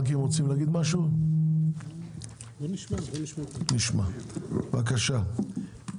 משרד הבריאות, בבקשה.